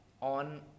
on